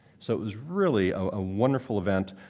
so it was really a wonderful event.